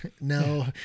No